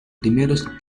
primeros